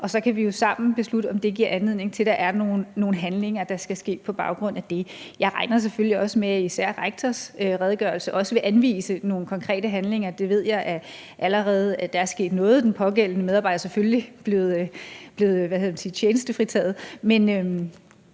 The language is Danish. og så kan vi jo sammen beslutte, om det giver anledning til, at der er nogle handlinger, der skal ske på baggrund af det. Jeg regner selvfølgelig også med, at især rektors redegørelse også vil anvise nogle konkrete handlinger. Jeg ved, at der allerede er sket noget – den pågældende medarbejder er selvfølgelig blevet tjenestefritaget.